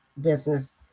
business